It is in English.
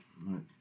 right